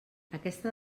aquesta